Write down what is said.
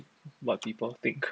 what people think